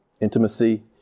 intimacy